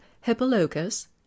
Hippolochus